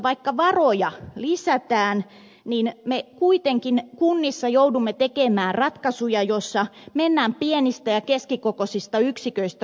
vaikka varoja lisätään niin käytännössä me kuitenkin kunnissa joudumme tekemään ratkaisuja joissa mennään pienistä ja keskikokoisista yksiköistä suuriin kasvottomiin